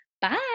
Bye